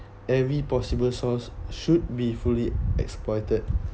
every possible source should be fully exploited